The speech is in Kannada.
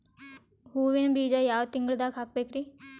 ಹೂವಿನ ಬೀಜ ಯಾವ ತಿಂಗಳ್ದಾಗ್ ಹಾಕ್ಬೇಕರಿ?